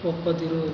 ಒಪ್ಪದಿರು